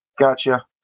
Gotcha